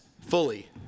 fully